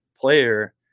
player